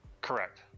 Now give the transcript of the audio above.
Correct